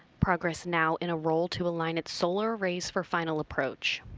progress now in a roll to align its solar arrays for final approach.